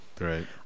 Right